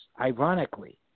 ironically